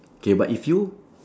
K but if you